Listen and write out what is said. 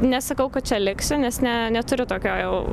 nesakau kad čia liksiu nes ne neturiu tokio jau